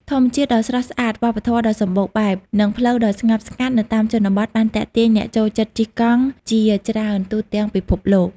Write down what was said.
ធម្មជាតិដ៏ស្រស់ស្អាត វប្បធម៌ដ៏សម្បូរបែប និងផ្លូវដ៏ស្ងប់ស្ងាត់នៅតាមជនបទបានទាក់ទាញអ្នកចូលចិត្តជិះកង់ជាច្រើនទូទាំងពិភពលោក។